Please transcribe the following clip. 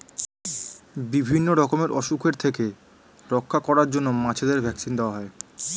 বিভিন্ন রকমের অসুখের থেকে রক্ষা করার জন্য মাছেদের ভ্যাক্সিন দেওয়া হয়